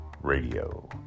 Radio